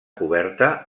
coberta